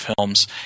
films